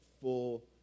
full